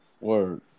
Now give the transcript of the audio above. Word